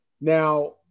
Now